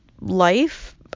life